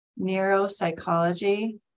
neuropsychology